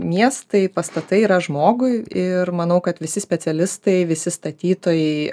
miestai pastatai yra žmogui ir manau kad visi specialistai visi statytojai